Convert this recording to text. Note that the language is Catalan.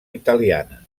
italiana